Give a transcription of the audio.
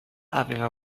aveva